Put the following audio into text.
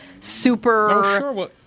super